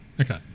okay